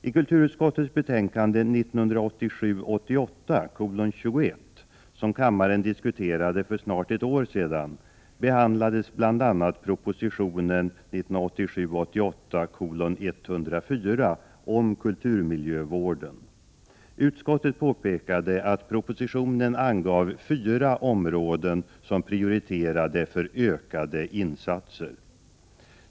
I kulturutskottets betänkande 1987 88:104 om kulturmiljövården. Utskottet påpekade att det i propositionen angavs fyra områden som prioriterade för ökade insatser.